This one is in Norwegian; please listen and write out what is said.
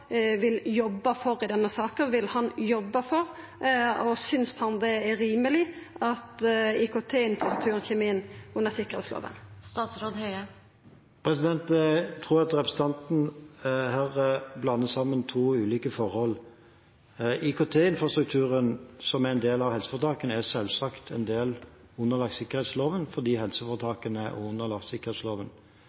vil jobba for i denne saka. Vil han jobba for, og synest han det er rimeleg, at IKT-infrastrukturen kjem inn under tryggingslova? Jeg tror at representanten her blander sammen to ulike forhold. IKT-infrastrukturen som er en del av helseforetakene, er selvsagt underlagt sikkerhetsloven, fordi helseforetakene også er underlagt sikkerhetsloven.